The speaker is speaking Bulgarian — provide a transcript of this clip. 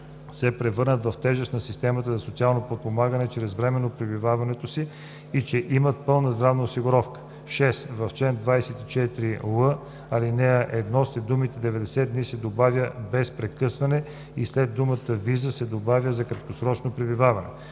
се превърнат в тежест на системата за социално подпомагане през времето на пребиваването си, и че имат пълна здравна осигуровка. 6. В чл. 24л, ал. 1 след думите „90 дни“ се добавя „без прекъсване“ и след думата „виза“ се добавя „за краткосрочно пребиваване.“